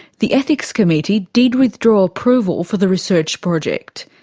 the ethics committee did withdraw approval for the research project,